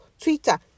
Twitter